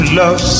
love